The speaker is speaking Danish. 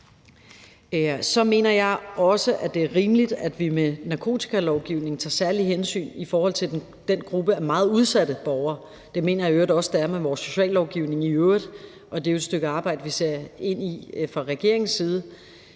Så mener jeg også, at det er rimeligt, at vi med narkotikalovgivningen tager særlige hensyn til den gruppe af meget udsatte borgere. Det mener jeg i øvrigt også det er med vores sociallovgivning i øvrigt. Det er jo et stykke arbejde, vi ser ind i fra regeringens side,